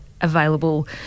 Available